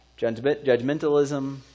judgmentalism